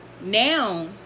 now